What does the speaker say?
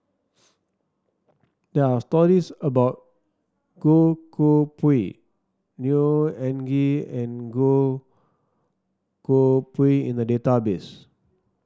there are stories about Goh Koh Pui Neo Anngee and Goh Koh Pui in the database